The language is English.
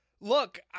Look